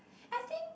I think